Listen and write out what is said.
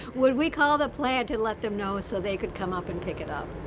would we call the plant and let them know so they could come up and pick it up.